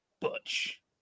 Butch